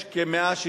יש כ-160